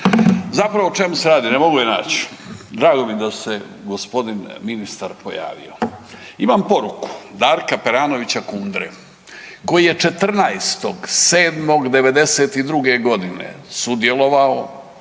Zapravo o čemu se radi, ne mogu je naći, drago mi je da se je gospodin ministar pojavio. Imam poruku Darka Peranovića Kundre koji je 14.7.'92. godine sudjelovao